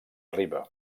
riba